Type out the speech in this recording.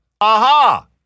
Aha